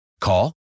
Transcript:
Call